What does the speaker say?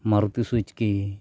Maruti Suzuki